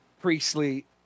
priestly